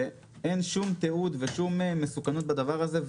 ואין שום תיעוד ושום מסוכנות בדבר הזה.